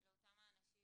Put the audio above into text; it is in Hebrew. -- לאותם אנשים